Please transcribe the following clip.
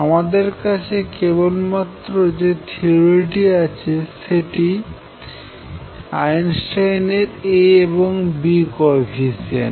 আমাদের কাছে কেবলমাত্র যে থিওরিটি আছে সেটি আইনস্টাইনের a এবং b কো এফিশিয়েন্ট